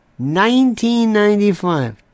1995